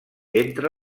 entre